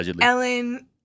Ellen